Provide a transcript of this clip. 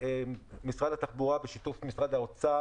גם לכרטיסן אין סמכות הפעלת כוח על נוסע.